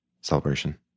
celebration